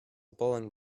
bowling